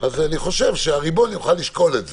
אני חשוב שהריבון יוכל לשקול את זה.